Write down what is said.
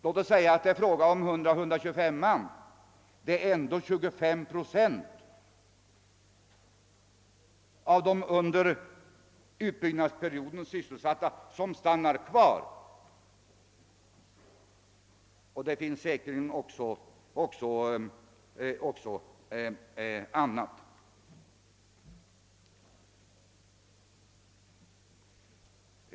Låt oss säga att det är fråga om 100—125 man. Det är ändå 25 procent av de under utbyggnadstiden sysselsatta, som stannar kvar. Och det finns säkerligen också annat.